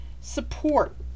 support